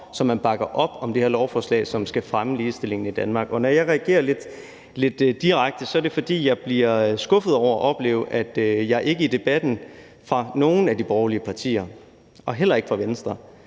så man bakker op om det her lovforslag, som skal fremme ligestillingen i Danmark. Og når jeg reagerer lidt direkte, er det, fordi jeg bliver skuffet over at opleve, at jeg ikke i debatten fra nogen af de borgerlige partier og heller ikke fra Venstre